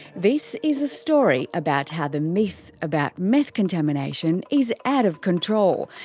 this is a story about how the myth about meth contamination is out of control.